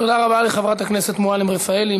תודה רבה לחברת הכנסת מועלם-רפאלי.